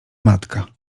matka